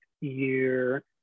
year